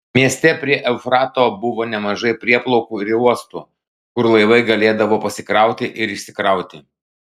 mieste prie eufrato buvo nemažai prieplaukų ir uostų kur laivai galėdavo pasikrauti ir išsikrauti